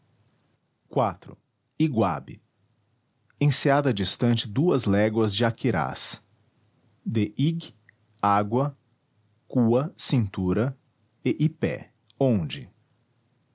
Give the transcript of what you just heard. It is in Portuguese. iv iguabe enseada distante duas léguas de aquirás de ig água cua cintura e ipé onde